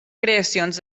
creacions